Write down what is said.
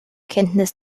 kenntnis